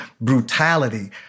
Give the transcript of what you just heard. brutality